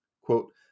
Quote